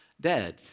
dead